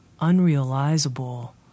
unrealizable